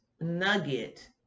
nugget